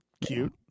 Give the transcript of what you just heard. cute